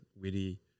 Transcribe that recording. witty